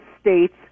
states